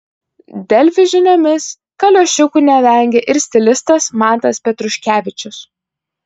delfi žiniomis kaliošiukų nevengia ir stilistas mantas petruškevičius